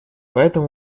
поэтому